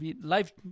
life